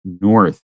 north